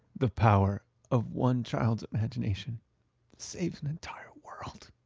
the power of one child's imagination saves an entire world!